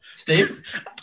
Steve